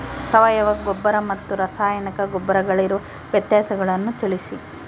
ಸಾವಯವ ಗೊಬ್ಬರ ಮತ್ತು ರಾಸಾಯನಿಕ ಗೊಬ್ಬರಗಳಿಗಿರುವ ವ್ಯತ್ಯಾಸಗಳನ್ನು ತಿಳಿಸಿ?